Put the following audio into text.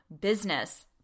business